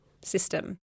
system